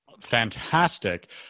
fantastic